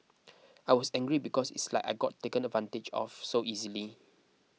I was angry because it's like I got taken advantage of so easily